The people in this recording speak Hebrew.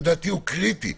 הוא קריטי לדעתי.